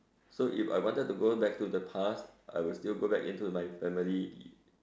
so if I wanted to go back to the past I will still go back into my family